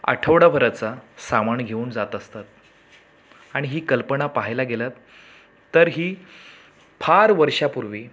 आठवडाभराचा सामान घेऊन जात असतात आणि ही कल्पना पाहायला गेलात तर ही फार वर्षापूर्वी